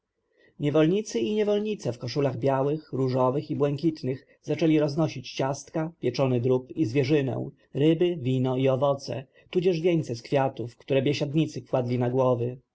niewolnicy i niewolnice w koszulach białych różowych i błękitnych zaczęli roznosić ciasta pieczony drób i zwierzynę ryby wino i owoce tudzież wieńce z kwiatów które biesiadnicy kładli na głowy